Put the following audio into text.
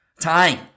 Time